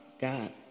God